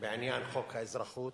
בעניין חוק האזרחות,